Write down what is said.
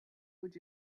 would